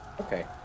Okay